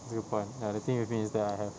good point ya the thing with me is that I have